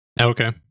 Okay